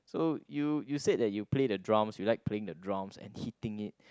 so you you said that you play the drums you like playing the drums and hitting it